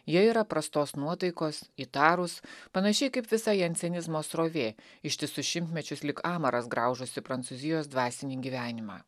jie yra prastos nuotaikos įtarūs panašiai kaip visa jencenizmo srovė ištisus šimtmečius lyg amaras graužusi prancūzijos dvasinį gyvenimą